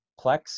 Plex